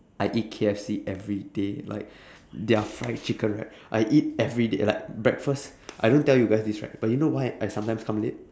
I eat K_F_C everyday like their fried chicken I eat everyday like breakfast I don't tell you guys this right but you know why I sometimes come late